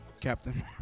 Captain